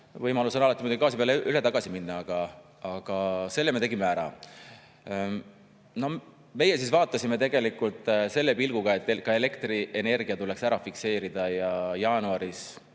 Võimalus on alati gaasi peale tagasi minna, aga selle me tegime ära. Meie vaatasime tegelikult selle pilguga, et ka elektrienergia tuleks ära fikseerida. Ja jaanuaris,